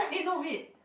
eh no wait